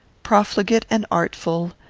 profligate and artful,